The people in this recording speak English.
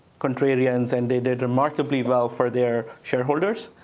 contrarians, and they did remarkably well for their shareholders,